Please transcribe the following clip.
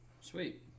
Sweet